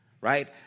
right